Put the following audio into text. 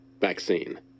vaccine